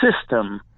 system